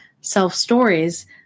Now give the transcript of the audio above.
self-stories